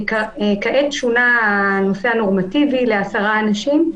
כעת שונה הנושא הנורמטיבי לעשרה אנשים.